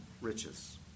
riches